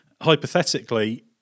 hypothetically